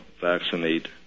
vaccinate